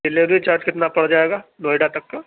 delivery charge کتنا پڑ جائے گا نوئیڈا تک کا